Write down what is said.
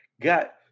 got